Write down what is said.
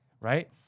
right